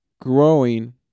growing